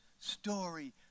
story